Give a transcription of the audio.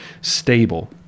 stable